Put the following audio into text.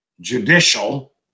judicial